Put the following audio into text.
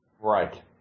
Right